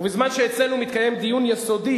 ובזמן שאצלנו מתקיים דיון יסודי,